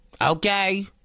okay